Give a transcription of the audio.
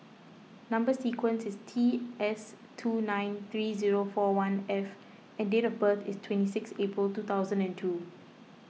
Number Sequence is T S two nine three zero four one F and date of birth is twenty six April two thousand and two